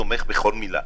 תומך בכל מילה,